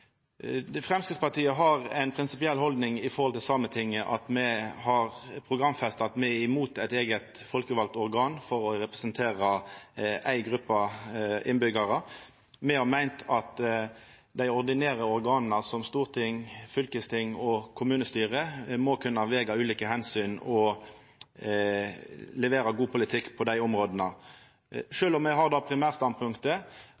Framstegspartiet har ei prinsipiell haldning til Sametinget. Me har programfesta at me er imot eit eige folkevald organ for å representera ei gruppe innbyggjarar. Me har meint at dei ordinære organa som storting, fylkesting og kommunestyre må kunna vega ulike omsyn og levera god politikk på dei områda.